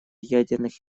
ядерных